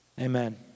Amen